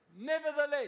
Nevertheless